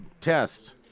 test